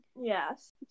Yes